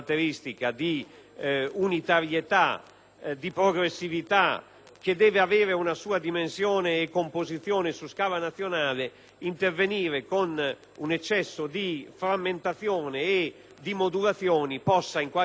che deve avere una sua dimensione e composizione su scala nazionale, intervenire con un eccesso di frammentazioni e di modulazioni possa in qualche modo rispondere, certo, all'esigenza di finanziare delle funzioni, ma